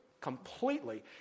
completely